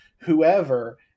whoever